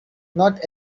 not